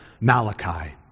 Malachi